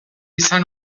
izan